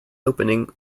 opening